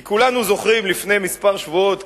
כי כולנו זוכרים שלפני שבועות מספר,